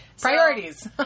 Priorities